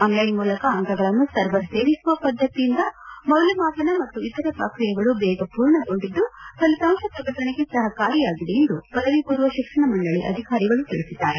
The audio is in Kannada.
ಆನ್ಲ್ಲೆನ್ ಮೂಲಕ ಅಂಕಗಳನ್ನು ಸರ್ವರ್ ಸೇರಿಸುವ ಪದ್ಗತಿಯಿಂದ ಮೌಲ್ಲಮಾಪನ ಮತ್ತು ಇತರೆ ಪ್ರಕ್ರಿಯೆಗಳು ಬೇಗ ಮೂರ್ಣಗೊಂಡಿದ್ದು ಫಲಿತಾಂಶ ಪ್ರಕಟಣೆಗೆ ಸಹಕಾರಿಯಾಗಿದೆ ಎಂದು ಪದವಿ ಪೂರ್ವ ಶಿಕ್ಷಣ ಮಂಡಳಿಯ ಅಧಿಕಾರಿಗಳು ತಿಳಿಸಿದ್ದಾರೆ